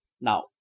Now